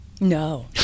No